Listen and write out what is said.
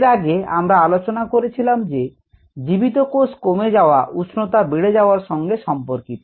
এর সঙ্গে আমরা আলোচনা করেছিলাম যে জীবিত কোষ কমে যাওয়া উষ্ণতা বেড়ে যাওয়ার সঙ্গে সম্পর্কিত